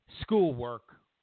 schoolwork